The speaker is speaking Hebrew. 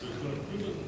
צריך להפעיל את זה.